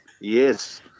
Yes